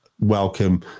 welcome